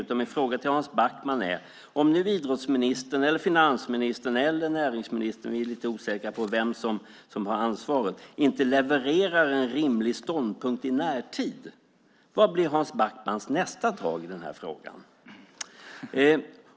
Min fråga är: Om idrottsministern, finansministern eller näringsministern - vi är lite osäkra på vem som har ansvaret - inte levererar en rimlig ståndpunkt i närtid, vad blir Hans Backmans nästa tag i frågan?